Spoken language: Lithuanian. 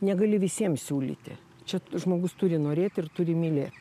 negali visiems siūlyti čia žmogus turi norėt ir turi mylėt